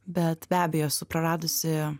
bet be abejo esu praradusi